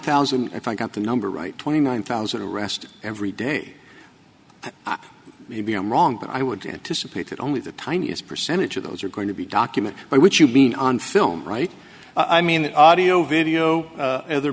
thousand if i got the number right twenty nine thousand arrest every day maybe i'm wrong but i would anticipate that only the tiniest percentage of those are going to be document but which you've been on film right i mean audio video other